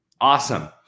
Awesome